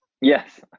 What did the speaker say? Yes